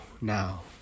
now